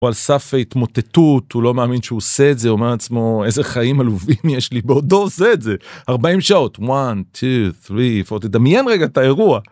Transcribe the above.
על סף ההתמוטטות הוא לא מאמין שהוא עושה את זה אומר לעצמו איזה חיים עלובים יש לי בעוד עושה את זה 40 שעות 1 2 3 4 תדמיין רגע את האירוע.